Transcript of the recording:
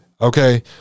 Okay